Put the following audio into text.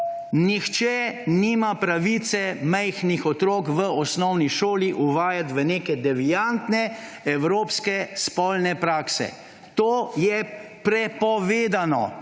nihče nima pravice majhnih otrok v osnovni šoli uvajati v neke deviantne evropske spolne prakse. To je prepovedano.